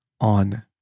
on